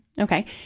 Okay